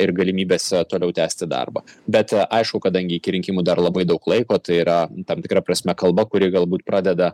ir galimybės toliau tęsti darbą bet aišku kadangi iki rinkimų dar labai daug laiko tai yra tam tikra prasme kalba kuri galbūt pradeda